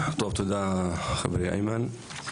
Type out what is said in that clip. תודה, חברי איימן.